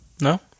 No